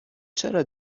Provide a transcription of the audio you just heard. چرا